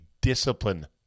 discipline